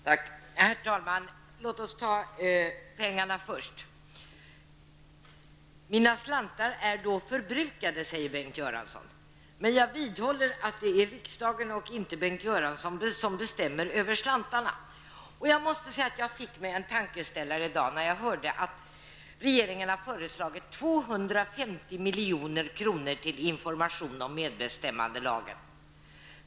Herr talman! Låt mig ta detta med pengarna först. Bengt Göransson säger att hans slantar är förbrukade. Men jag vidhåller att det är riksdagen och inte Bengt Göransson som bestämmer över slantarna. Jag måste säga att jag fick mig en tankeställare i dag när jag hörde att regeringen har föreslagit 250 miljoner till information om medbestämmandelagen.